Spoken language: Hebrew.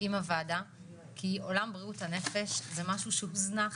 עם הוועדה, כי עולם בריאות הנפש, זה משהו שהוזנח,